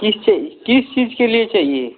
किस चीज़ किस चीज़ के लिए चाहिए